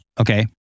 Okay